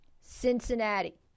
Cincinnati